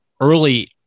early